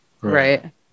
Right